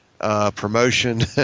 promotion